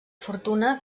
fortuna